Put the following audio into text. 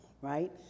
right